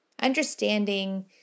understanding